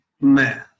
Man